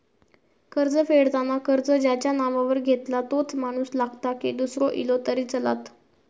कर्ज फेडताना कर्ज ज्याच्या नावावर घेतला तोच माणूस लागता की दूसरो इलो तरी चलात?